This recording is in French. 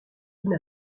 n’a